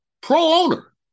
pro-owner